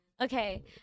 Okay